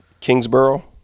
Kingsborough